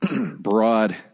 broad